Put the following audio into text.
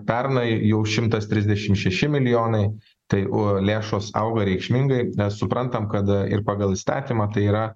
pernai jau šimtas trisdešimt šeši milijonai tai lėšos auga reikšmingai nes suprantam kada ir pagal įstatymą tai yra